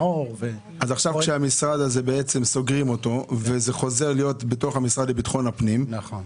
עכשיו סוגרים את המשרד הזה ואתם חוזרים להיות במשרד לביטחון פנים,